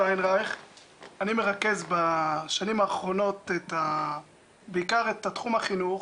מרכז בשנים האחרונות בעיקר את תחום החינוך